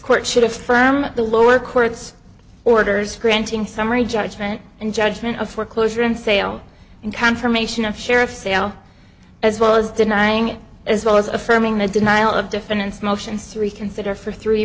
court should affirm the lower court's orders granting summary judgment and judgment of foreclosure and sale and confirmation of sheriff's sale as well as denying it as well as affirming the denial of defendants motions to reconsider for three